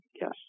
Yes